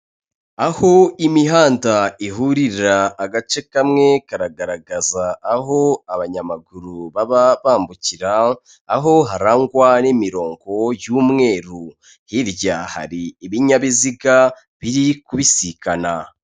Aho imihanda ihurira, agace kamwe karagaragaza aho abanyamaguru baba bambukira, aho harangwa n'imirongo y'umweru. Hirya hari ibinyabiziga biri kubisikana.